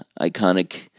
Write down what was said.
iconic